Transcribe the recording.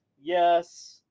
Yes